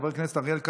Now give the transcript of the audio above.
חבר הכנסת אריאל קלנר,